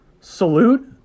Salute